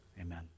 Amen